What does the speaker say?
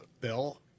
Bill